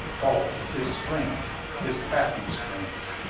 oh! tis strange! tis passing strange!